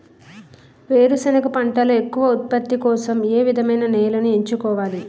వేరుసెనగ పంటలో ఎక్కువ ఉత్పత్తి కోసం ఏ విధమైన నేలను ఎంచుకోవాలి?